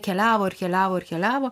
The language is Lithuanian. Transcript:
keliavo ir keliavo ir keliavo